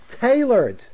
tailored